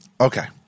okay